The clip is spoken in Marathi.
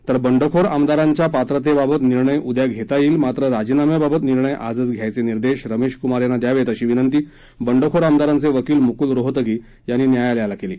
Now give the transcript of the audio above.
तर बंडखोर आमदारांच्या पात्रत्यावत निर्णय उद्या घस्ती यईंजे मात्र राजीनाम्याबाबत निर्णय आजच घ्यायचनिर्देश रमधी कुमार यांना द्यावत अशी विनंती बंडखोर आमदारांचक्रिकील मुकुल रोहतगी यांनी न्यायालयाला क्वी